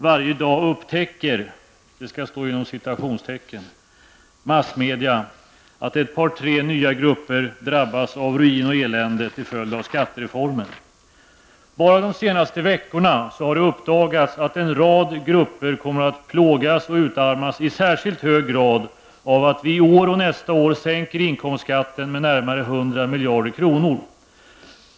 Varje dag ''upptäcker'' massmedia att ett par tre nya grupper drabbas av ruin och elände till följd av skattereformen. Bara de senaste veckorna har det uppdagats att en rad grupper kommer att plågas och utarmas i särskilt hög grad av att vi i år och nästa år sänker inkomstskatten med närmare 100 miljarder kronor.